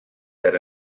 that